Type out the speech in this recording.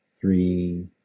three